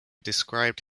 described